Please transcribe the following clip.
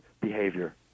behavior